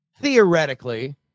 theoretically